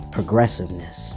Progressiveness